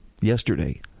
yesterday